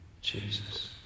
Jesus